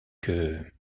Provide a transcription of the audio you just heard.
que